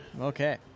Okay